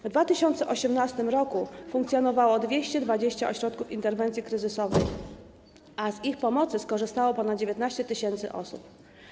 W 2018 r. funkcjonowało 220 ośrodków interwencji kryzysowej, a z ich pomocy skorzystało ponad 19 tys. osób.